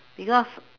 because